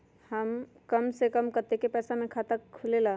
कम से कम कतेइक पैसा में खाता खुलेला?